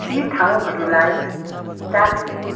यी ठाउँहरूलाई दार्जिलिङ